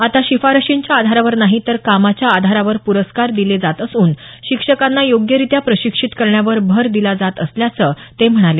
आता शिफारशींच्या आधारावर नाही तर कामाच्या आधारावर पुरस्कार दिले जात असून शिक्षकांना योग्यरित्या प्रशिक्षित करण्यावर भर दिला जात असल्याचं ते म्हणाले